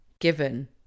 given